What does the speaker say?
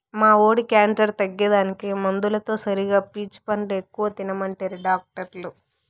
మా వోడి క్యాన్సర్ తగ్గేదానికి మందులతో సరిగా పీచు పండ్లు ఎక్కువ తినమంటిరి డాక్టర్లు